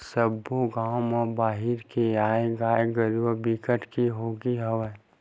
सब्बो गाँव म बाहिर के आए गाय गरूवा बिकट के होगे हवय